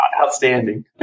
Outstanding